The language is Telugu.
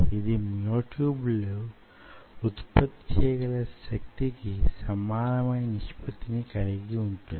ఇది మ్యో ట్యూబ్ లు ఉత్పత్తి చేయగల శక్తికి సమానమైన నిష్పత్తి ని కలిగి వుంటుంది